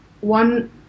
one